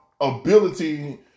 ability